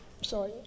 sorry